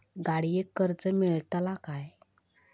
गाडयेक कर्ज मेलतला काय?